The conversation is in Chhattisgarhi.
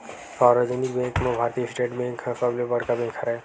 सार्वजनिक बेंक म भारतीय स्टेट बेंक ह सबले बड़का बेंक हरय